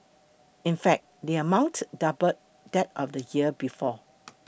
in fact the amount doubled that of the year before